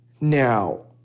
Now